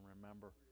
remember